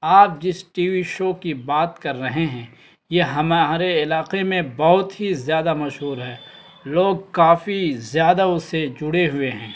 آپ جس TV show شو کی بات کر رہے ہیں یہ ہمارے علاقے میں بہت ہی زیادہ مشہور ہے لوگ کافی زیادہ اس سے جڑے ہوئے ہیں